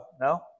No